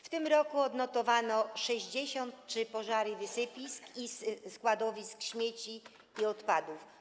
W tym roku odnotowano 63 pożary wysypisk i składowisk śmieci i odpadów.